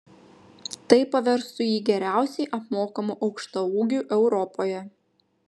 tai paverstų jį geriausiai apmokamu aukštaūgiu europoje